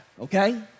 okay